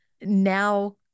now